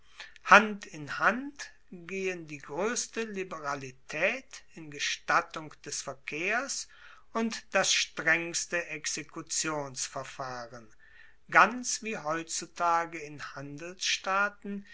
hand in hand gehen die groesste liberalitaet in gestattung des verkehrs und das strengste exekutionsverfahren ganz wie heutzutage in handelsstaaten